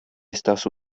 estas